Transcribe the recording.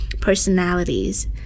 personalities